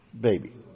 baby